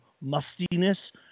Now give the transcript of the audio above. mustiness